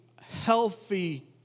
healthy